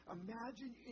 imagine